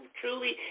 truly